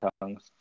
tongues